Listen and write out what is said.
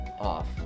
Off